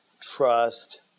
trust